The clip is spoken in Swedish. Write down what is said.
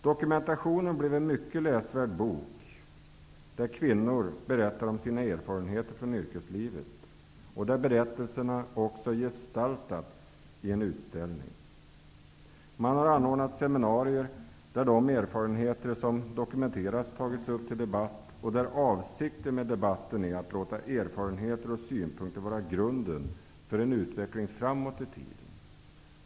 Dokumentationen blev en mycket läsvärd bok där kvinnor berättar om sina erfarenheter från yrkeslivet. Berättelserna har också gestaltats i en utställning. Man har anordnat seminarier där de erfarenheter som dokumenterats tagits upp till debatt. Avsikten med debatten är att låta erfarenheter och synpunkter vara grunden för en utveckling framåt i tiden.